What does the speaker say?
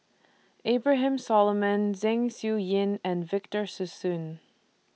Abraham Solomon Zeng Shouyin and Victor Sassoon